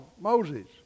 Moses